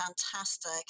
fantastic